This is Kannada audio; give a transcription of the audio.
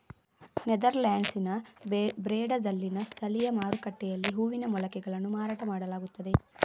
ನೆದರ್ಲ್ಯಾಂಡ್ಸಿನ ಬ್ರೆಡಾದಲ್ಲಿನ ಸ್ಥಳೀಯ ಮಾರುಕಟ್ಟೆಯಲ್ಲಿ ಹೂವಿನ ಮೊಳಕೆಗಳನ್ನು ಮಾರಾಟ ಮಾಡಲಾಗುತ್ತದೆ